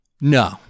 No